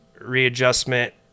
readjustment